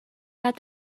had